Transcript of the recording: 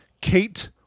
Kate